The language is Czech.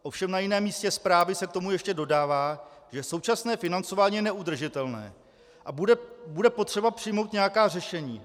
Ovšem na jiném místě zprávy se k tomu ještě dodává, že současné financování je neudržitelné a bude potřeba přijmout nějaká řešení.